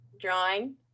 drawing